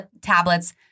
tablets